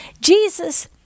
Jesus